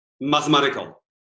mathematical